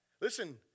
Listen